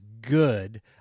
good